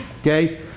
okay